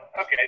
Okay